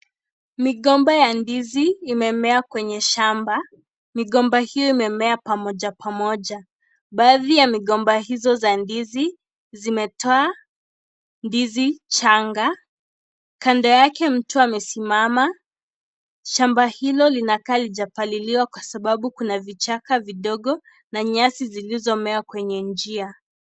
Migomba ya ndizi inamea kwenye shamba. Migomba hiyo imemea pamoja pamoja. Baadhi ya migomba hizo za ndizi, zimetoa ndizi changa. Kando yake mtu amesimama. Shamba hilo linakaa halijapaliliwa kwa sababu kuna vichaka vidogo na nyasi zilizomea kwenye njia.